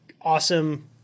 awesome